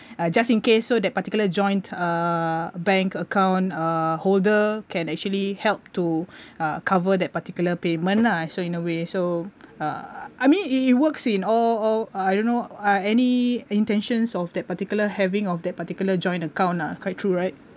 uh just in case so that particular joint uh bank account uh holder can actually help to uh cover that particular payment lah so in a way so uh I mean it it works in all all I don't know uh any intentions of that particular having of that particular joint account ah quite true right